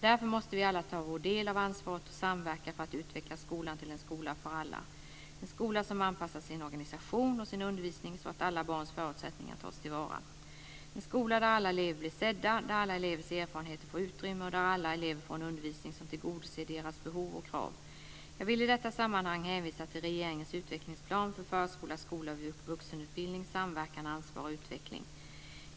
Därför måste vi alla ta vår del av ansvaret och samverka för att utveckla skolan till en skola för alla - en skola som anpassar sin organisation och sin undervisning så att alla barns förutsättningar tas till vara, en skola där alla elever blir sedda, där alla elevers erfarenheter får utrymme och där alla elever får en undervisning som tillgodoser deras behov och krav. Jag vill i detta sammanhang hänvisa till regeringens utvecklingsplan för förskola, skola och vuxenutbildning - Samverkan, ansvar och utveckling.